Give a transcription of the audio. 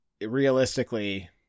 realistically